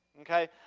okay